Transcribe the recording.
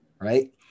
right